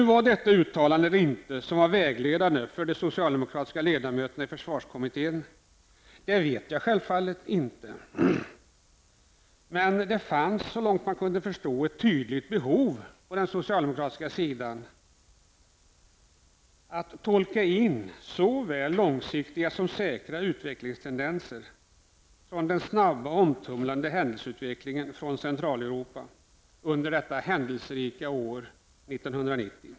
Om detta uttalande var vägledande för de socialdemokratiska ledamöterna i försvarskommittén vet jag naturligtvis inte. Men såvitt man kunde förstå fanns det ett tydligt behov på den socialdemokratiska sidan i kommittén av att tolka in både långsiktiga och säkra utvecklingstendenser mot bakgrund av den snabba och omtumlande händelseutvecklingen i Centraleuropa under det händelserika året 1990.